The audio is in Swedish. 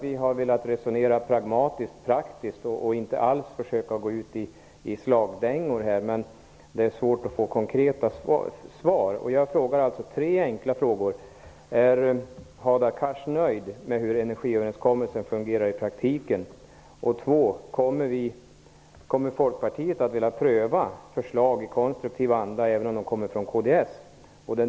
Vi har velat resonera pragmatiskt och praktiskt, och vi har inte alls försökt använda oss av slagord, men det är svårt att få konkreta svar. Jag ställer alltså tre enkla frågor: 1.Är Hadar Cars nöjd med hur energiöverenskommelsen fungerar i praktiken? 2.Kommer Folkpartiet att i konstruktiv anda pröva förslag, även om de kommer från kds?